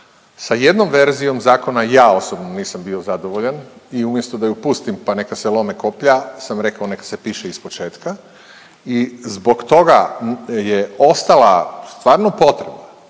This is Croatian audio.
Sa jednom verzijom zakona ja osobno nisam bio zadovoljan i umjesto da ju pustim pa neka se lome koplja sam rekao neka se piše ispočetka. I zbog toga je ostala stvarno potreba